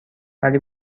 ولی